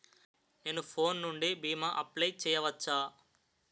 నేను ఫోన్ నుండి భీమా అప్లయ్ చేయవచ్చా?